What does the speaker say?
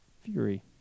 Fury